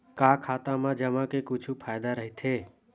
का खाता मा जमा के कुछु फ़ायदा राइथे?